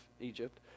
Egypt